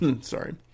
Sorry